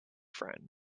friend